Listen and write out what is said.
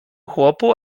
chłopu